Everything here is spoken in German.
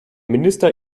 minister